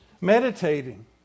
Meditating